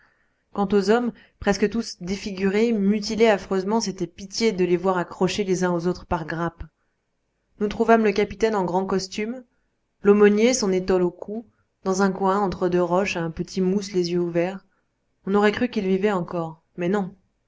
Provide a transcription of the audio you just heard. quant aux hommes presque tous défigurés mutilés affreusement c'était pitié de les voir accrochés les uns aux autres par grappes nous trouvâmes le capitaine en grand costume l'aumônier son étole au cou dans un coin entre deux roches un petit mousse les yeux ouverts on aurait cru qu'il vivait encore mais non